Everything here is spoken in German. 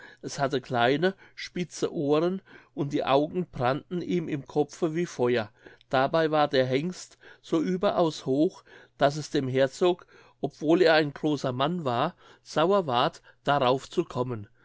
es hatte kleine spitze ohren und die augen brannten ihm im kopfe wie feuer dabei war der hengst so überaus hoch daß es dem herzog obwohl er ein großer mann war sauer ward darauf zu kommen